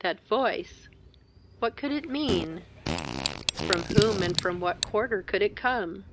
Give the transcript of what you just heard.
that voice what could it mean from whom, and from what quarter could it come